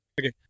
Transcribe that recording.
Okay